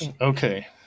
Okay